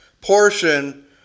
portion